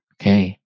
Okay